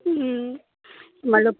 మళ్ళీ